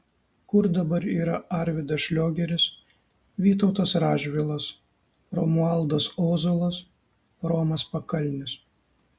kur dabar yra arvydas šliogeris vytautas radžvilas romualdas ozolas romas pakalnis